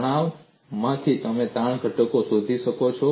તણાવમાંથી તમે તાણના ઘટકો શોધી શકો છો